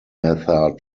mather